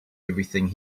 everything